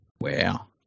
Wow